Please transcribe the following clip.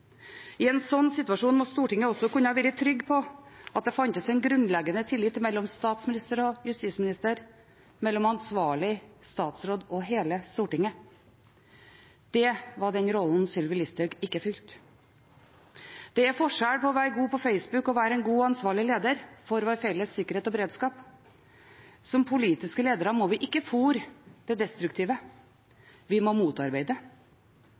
I en slik situasjon må Stortinget også kunne være trygg på at det finnes en grunnleggende tillit mellom statsminister og justisminister, mellom ansvarlig statsråd og hele Stortinget. Det var den rollen Sylvi Listhaug ikke fylte. Det er forskjell på å være god på Facebook og å være en god, ansvarlig leder for vår felles sikkerhet og beredskap. Som politiske ledere må vi ikke fôre det destruktive, vi må motarbeide